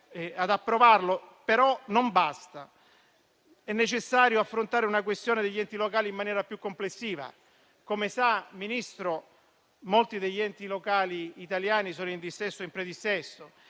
ad approvarlo, ma non basta. È necessario affrontare la questione degli enti locali in maniera più complessiva. Come lei sa, signor Ministro, molti degli enti locali italiani sono in dissesto o in predissesto